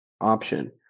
option